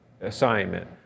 assignment